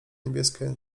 niebieskie